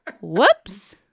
Whoops